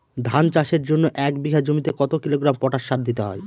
ধান চাষের জন্য এক বিঘা জমিতে কতো কিলোগ্রাম পটাশ সার দিতে হয়?